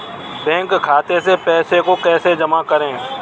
Bank खाते से पैसे को कैसे जमा करें?